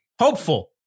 hopeful